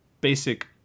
basic